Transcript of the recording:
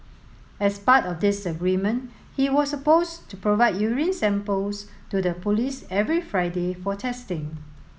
as part of this agreement he was supposed to provide urine samples to the police every Friday for testing